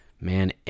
man